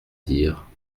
dire